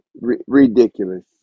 Ridiculous